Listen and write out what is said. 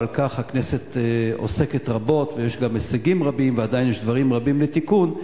ובכך הכנסת עוסקת רבות ויש גם הישגים רבים ועדיין יש דברים רבים לתקן,